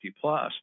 plus